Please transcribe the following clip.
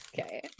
okay